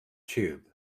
tube